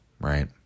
right